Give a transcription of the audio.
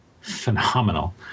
phenomenal